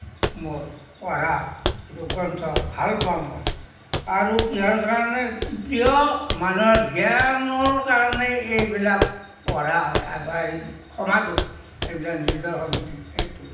মোৰ পঢ়া গ্ৰন্থ ভাল পাওঁ মই আৰু কিহৰ কাৰণে প্ৰিয় মানুহৰ জ্ঞানৰ কাৰণে এইবিলাক পঢ়া হয় বা সমাজক এইবিলাক নিজৰ